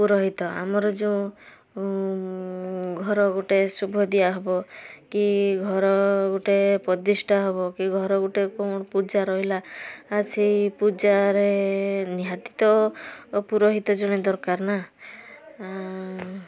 ପୁରୋହିତ ଆମର ଯେଉଁ ଘର ଗୋଟେ ଶୁଭ ଦିଆହେବ କି ଘର ଗୋଟେ ପ୍ରତିଷ୍ଠା ହେବ କି ଘର ଗୋଟେ କ'ଣ ପୂଜା ରହିଲା ସେଇ ପୂଜାରେ ନିହାତି ତ ପୁରୋହିତ ଜଣେ ଦରକାର ନା